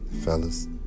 Fellas